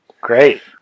Great